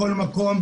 בכל מקום,